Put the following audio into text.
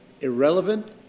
Irrelevant